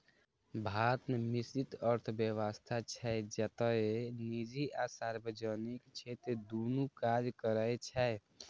भारत मे मिश्रित अर्थव्यवस्था छै, जतय निजी आ सार्वजनिक क्षेत्र दुनू काज करै छै